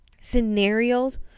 scenarios